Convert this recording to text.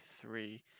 three